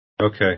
Okay